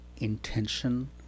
intention